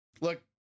Look